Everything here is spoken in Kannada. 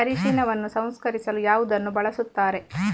ಅರಿಶಿನವನ್ನು ಸಂಸ್ಕರಿಸಲು ಯಾವುದನ್ನು ಬಳಸುತ್ತಾರೆ?